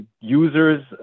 Users